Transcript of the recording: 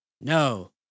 No